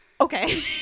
Okay